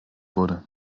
wurde